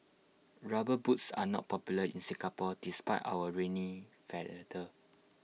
rubber boots are not popular in Singapore despite our rainy